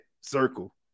circle